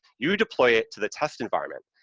you deploy it to the test environment,